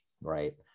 right